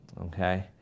okay